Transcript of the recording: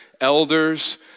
elders